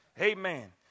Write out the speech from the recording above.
Amen